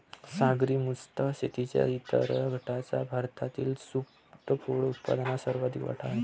सागरी मत्स्य शेतीच्या इतर गटाचा भारतीय सीफूडच्या उत्पन्नात सर्वाधिक वाटा आहे